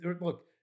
Look